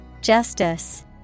Justice